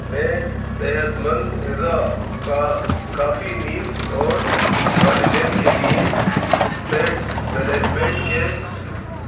میں صحت مند ہضا کا کافی نیند اور والدین کے لیے اسٹیٹ مینجمنٹ کے